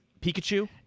Pikachu